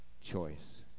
choice